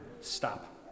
stop